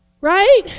Right